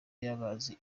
y’amazi